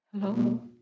Hello